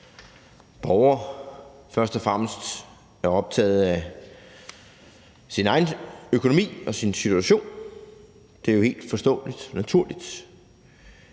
borger først og fremmest er optaget af sin egen økonomi og sin situation, det er jo helt forståeligt og naturligt.